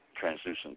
translucent